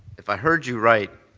if i heard you right,